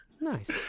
Nice